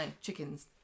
chickens